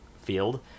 field